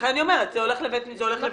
לכן אני אומרת שזה הולך לבית משפט.